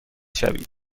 شوید